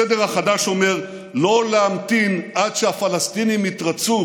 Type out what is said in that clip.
הסדר החדש אומר לא להמתין עד שהפלסטינים יתרצו